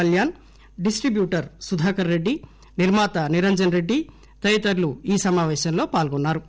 Kalyan distributor Sudhakar Reddy నిర్మాత నిరంజన్ రెడ్డి తదితరులు ఈ సమాపేశంలో పాల్గొన్నారు